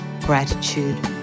Gratitude